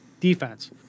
defense